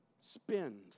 spend